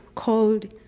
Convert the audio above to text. cold,